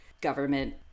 government